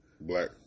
black